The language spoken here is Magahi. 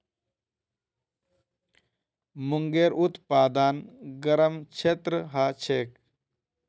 मूंगेर उत्पादन गरम क्षेत्रत ह छेक